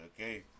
Okay